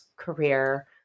Career